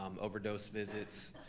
um overdose visits,